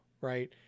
right